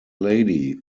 lady